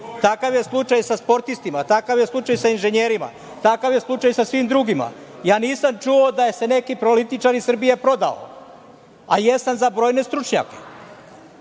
Takav je slučaj sa sportistima, takav je slučaj sa inženjerima, takav je slučaj sa svim drugima. Nisam čuo da se neki političar iz Srbije prodao, a jesam za brojne stručnjake. Dalje,